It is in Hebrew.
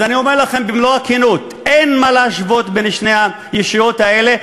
אז אני אומר לכם במלוא הכנות: אין מה להשוות בין שתי הישויות האלה.